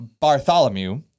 Bartholomew